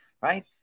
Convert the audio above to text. Right